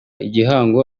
igihango